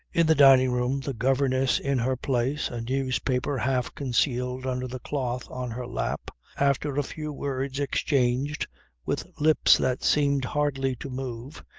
in the dining-room the governess in her place, a newspaper half-concealed under the cloth on her lap, after a few words exchanged with lips that seemed hardly to move,